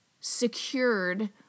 secured